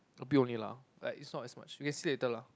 a bit only lah like it's not as much you can see later lah